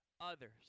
others